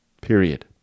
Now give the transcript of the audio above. period